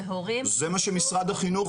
להורים כתוב --- באתר של משרד החינוך,